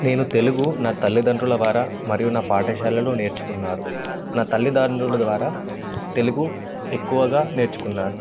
నేను తెలుగు నా తల్లిదండ్రుల ద్వారా మరియు నా పాఠశాలలో నేర్చుకున్నాను నా తల్లిదండ్రుల ద్వారా తెలుగు ఎక్కువగా నేర్చుకున్నాను